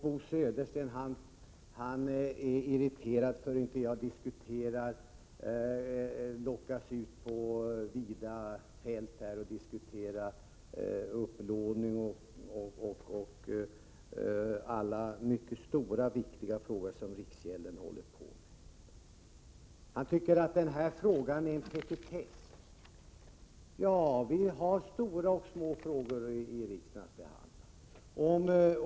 Bo Södersten är irriterad över att jag inte lockas ut på vida fält för att diskutera upplåning och andra viktiga frågor som riksgälden är ansvarig för. Bo Södersten tycker att den här frågan är en petitess. Ja, vi har stora och små frågor att behandla i riksdagen.